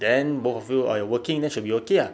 then both of you are working then should be okay ah